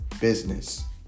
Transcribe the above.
business